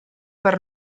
per